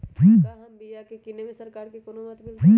क्या हम बिया की किने में सरकार से कोनो मदद मिलतई?